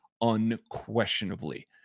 unquestionably